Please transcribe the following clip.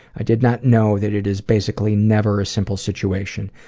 i did not know that it is basically never a simple situation.